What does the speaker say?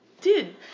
dude